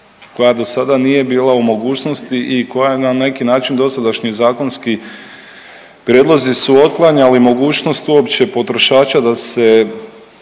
koja dosada nije bila u mogućnosti i koja na neki način dosadašnji zakonski prijedlozi su otklanjali mogućnost uopće potrošača da se